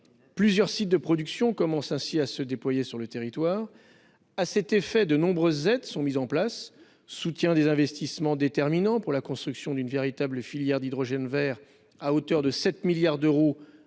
Plusieurs sites de production commencent à se déployer sur le territoire. À cet effet, de nombreuses aides sont mises en place : soutien des investissements déterminants pour la construction d'une véritable filière d'hydrogène vert à hauteur de 7 milliards d'euros